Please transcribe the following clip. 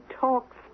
talks